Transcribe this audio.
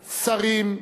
שרים,